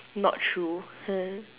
not true mm